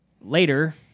later